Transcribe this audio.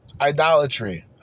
idolatry